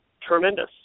tremendous